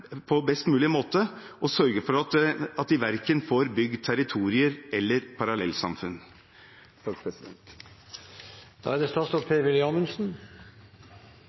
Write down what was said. på best mulig måte sørge for at de verken får bygd territorier eller parallellsamfunn. Innledningsvis vil jeg takke for det